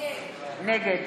נגד